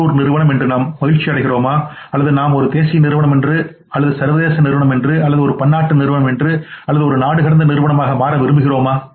உள்ளூர் நிறுவனம் என்று நாம் மகிழ்ச்சியடைகிறோமா அல்லது நாம் ஒரு தேசிய நிறுவனம் அல்லது சர்வதேச நிறுவனம் அல்லது ஒரு பன்னாட்டு நிறுவனம் அல்லது ஒரு நாடுகடந்த நிறுவனமாக மாற விரும்புகிறோமா